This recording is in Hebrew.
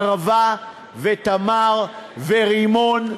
ערבה ותמר ורימון.